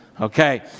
Okay